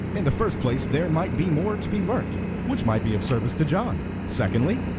in the first place, there might be more to be learnt which might be of service to john secondly,